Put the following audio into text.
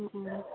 ও